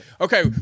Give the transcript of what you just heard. Okay